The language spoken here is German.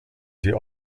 die